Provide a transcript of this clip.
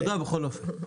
תודה, בכל אופן.